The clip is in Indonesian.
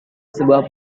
sebuah